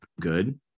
good